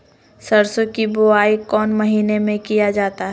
सरसो की बोआई कौन महीने में किया जाता है?